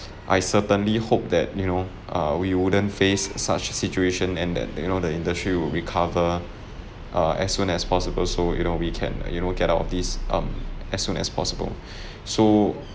I certainly hope that you know uh we wouldn't face such situation and that the you know the industry will recover err as soon as possible so you know we can you know get out of this um as soon as possible so